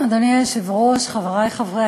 אדוני היושב-ראש, חברי חברי